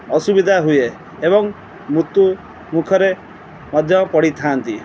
ଅସୁବିଧା ହୁଏ ଏବଂ ମୃତ୍ୟୁ ମୁଖରେ ମଧ୍ୟ ପଡ଼ିଥାଆନ୍ତି